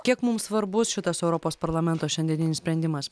kiek mums svarbus šitas europos parlamento šiandieninis sprendimas